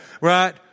right